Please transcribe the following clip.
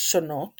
שונות